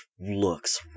looks